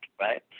right